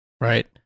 Right